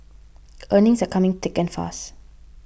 earnings are coming thick and fast